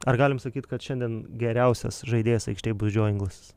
ar galim sakyti kad šiandien geriausias žaidėjas aikštėj bus džio ingilsas